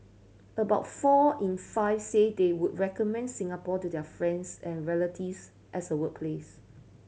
about four in five say they would recommend Singapore to their friends and relatives as a workplace